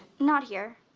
not here.